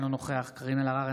אינו נוכח קארין אלהרר,